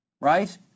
right